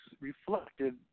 reflected